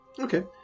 Okay